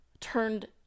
turned